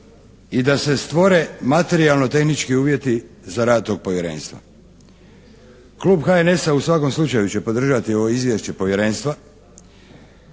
i da se materijalno-tehnički uvjeti za rad tog Povjerenstva. Klub HNS-a u svakom slučaju će podržati ovo izvješće Povjerenstva.